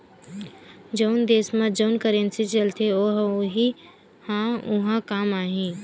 जउन देस म जउन करेंसी चलथे ओ ह उहीं ह उहाँ काम आही